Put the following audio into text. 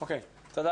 תודה.